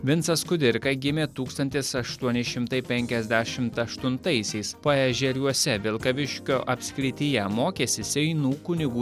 vincas kudirka gimė tūkstantis aštuoni šimtai penkiasdešimt aštuntaisiais paežeriuose vilkaviškio apskrityje mokėsi seinų kunigų